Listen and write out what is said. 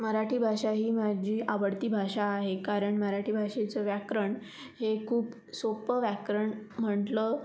मराठी भाषा ही माझी आवडती भाषा आहे कारण मराठी भाषेचं व्याकरण हे खूप सोप्पं व्याकरण म्हटलं